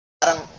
parang